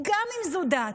גם אם זו דת,